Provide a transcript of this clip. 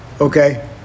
Okay